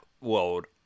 world